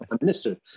minister